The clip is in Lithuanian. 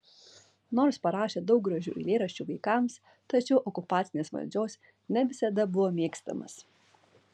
nors parašė daug gražių eilėraščių vaikams tačiau okupacinės valdžios ne visada buvo mėgstamas